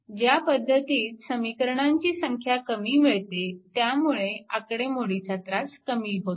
ज्या पद्धतीत समीकरणांची संख्या कमी मिळते त्यामुळे आकडेमोडीचा त्रास कमी होतो